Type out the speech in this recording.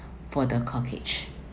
for the corkage